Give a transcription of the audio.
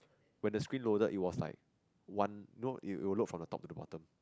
when the screen loaded it was like one know it will load form the top to the bottom